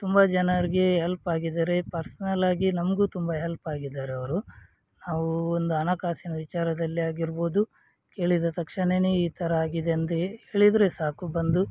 ತುಂಬ ಜನರಿಗೆ ಹೆಲ್ಪ್ ಆಗಿದ್ದಾರೆ ಪರ್ಸ್ನಲ್ಲಾಗಿ ನಮಗೂ ತುಂಬ ಹೆಲ್ಪ್ ಆಗಿದಾರೆ ಅವರು ನಾವು ಒಂದು ಹಣಕಾಸಿನ ವಿಚಾರದಲ್ಲಿ ಆಗಿರ್ಬೋದು ಕೇಳಿದ ತಕ್ಷಣವೇ ಈ ಥರ ಆಗಿದೆ ಅಂದ್ರೆ ಹೇಳಿದರೆ ಸಾಕು ಬಂದು